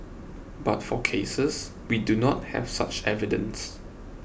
but for cases we do not have such evidence